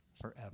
forever